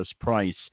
price